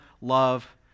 love